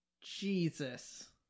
Jesus